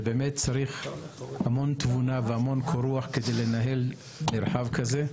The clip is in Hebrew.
צריך המון תבונה וקור רוח כדי לנהל מרחב כזה.